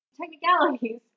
Technicalities